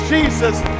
Jesus